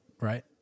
Right